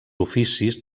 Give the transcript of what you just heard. oficis